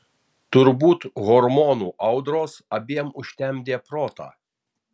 turbūt hormonų audros abiem užtemdė protą